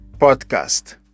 Podcast